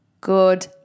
Good